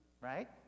Right